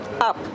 Up